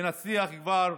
ונצליח כבר,